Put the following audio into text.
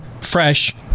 fresh